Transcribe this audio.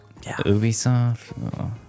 Ubisoft